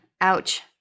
Ouch